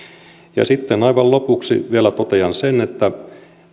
sitten aivan lopuksi vielä totean sen että